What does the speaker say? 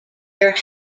there